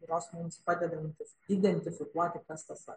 kurios mums padedantis identifikuoti kas tas aš